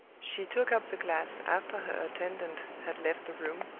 she took up the glass after her attendant had left the room,